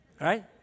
right